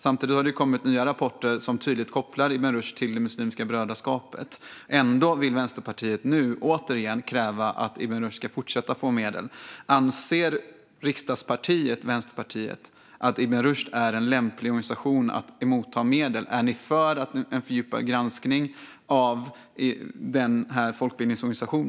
Samtidigt har det kommit nya rapporter som tydligt kopplar Ibn Rushd till Muslimska brödraskapet. Ändå vill Vänsterpartiet nu återigen kräva att Ibn Rushd ska fortsätta att få medel. Anser riksdagspartiet Vänsterpartiet att Ibn Rushd är en lämplig organisation att motta medel? Är ni för en fördjupad granskning av denna folkbildningsorganisation?